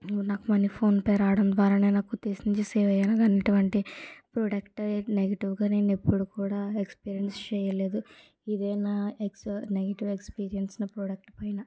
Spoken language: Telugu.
నువ్వు నాకు ఫోన్పే రావడం ద్వారానే నాకు సేవ్ అయ్యాను అటువంటి ప్రోడక్ట్ నెగిటివ్గా నేను ఎప్పుడూ కూడా ఎక్స్పీరియన్స్ చేయలేదు ఇదేనా ఎక్స్ నెగిటివ్ ఎక్స్పీరియన్స్ నా ప్రోడక్ట్ పైన